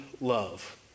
love